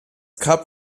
kap